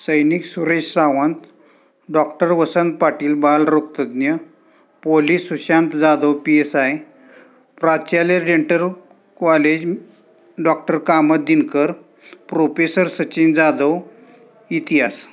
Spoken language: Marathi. सैनिक सुरेश सावंत डॉक्टर वसंत पाटील बालरोगतज्ज्ञ police Sushant Jadhav P S I प्राचाल्य dental college doctor Kamat Dinkar professor Sachin Jadhav इतिहास